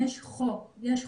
יש חוק שמסמיך,